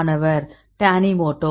மாணவர் டானிமோடோ